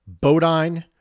Bodine